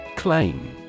Claim